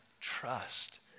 trust